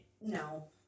no